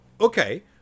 okay